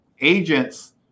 agents